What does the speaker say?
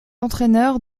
entraineur